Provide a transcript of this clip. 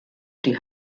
die